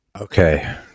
Okay